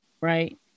right